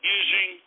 using